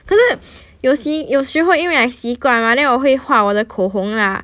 可是 you'll see 有时候因为 like 习惯 mah then 我会划我的口红 lah